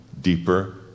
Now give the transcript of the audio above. deeper